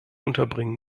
unterbringen